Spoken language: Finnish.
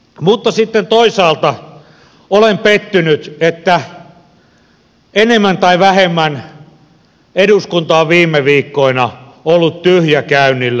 mutta sitten toisaalta olen pettynyt että enemmän tai vähemmän eduskunta on viime viikkoina ollut tyhjäkäynnillä